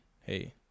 Hey